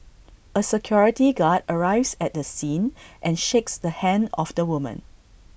A security guard arrives at the scene and shakes the hand of the woman